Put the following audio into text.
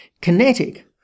Kinetic